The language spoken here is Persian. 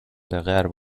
غرب